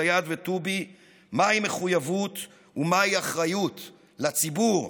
זיאד וטובי מהי מחויבות ומהי אחריות לציבור,